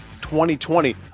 2020